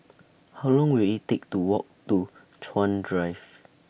How Long Will IT Take to Walk to Chuan Drive